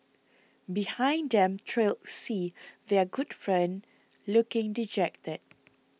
behind them trailed C their good friend looking dejected